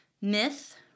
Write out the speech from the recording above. myth